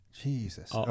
Jesus